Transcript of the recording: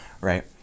right